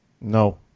no